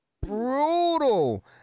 Brutal